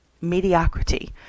mediocrity